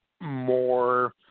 more